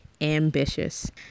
ambitious